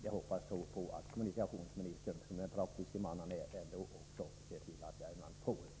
Jag hoppas att kommunikationsministern, som den praktiske man han är, ser till att Värmland får extra medel.